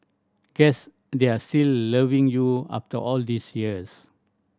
guess they are still loving you after all these years